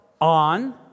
on